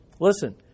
Listen